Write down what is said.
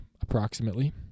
approximately